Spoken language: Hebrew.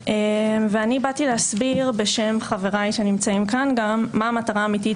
ואני באתי להסביר בשם חבריי שנמצאים כאן גם מה המטרה האמיתית